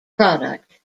product